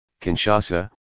Kinshasa